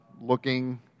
looking